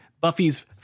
Buffy's